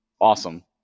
awesome